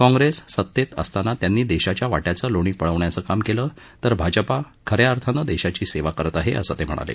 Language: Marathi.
काँग्रेस सत्तेत असताना त्यांनी देशाच्या वार्जिचं लोणी पळवण्याचं काम केलं तर भाजपा खऱ्या अर्थानं देशाची सेवा करत आहे असं ते म्हणाले